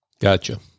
Gotcha